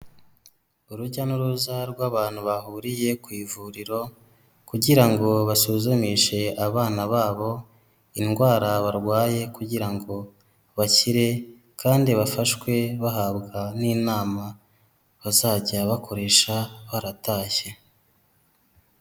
Urujya n'uruza rw'abantu bahuriye ku ivuriro kugira ngo basuzumishe abana babo indwara barwaye kugira ngo bakire kandi bafashwe bahabwa n'inama bazajya bakoresha baratashye.